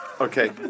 Okay